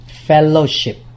fellowship